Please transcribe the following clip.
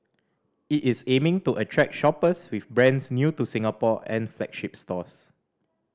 it is aiming to attract shoppers with brands new to Singapore and flagship stores